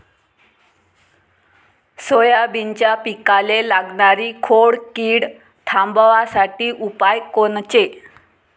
सोयाबीनच्या पिकाले लागनारी खोड किड थांबवासाठी उपाय कोनचे?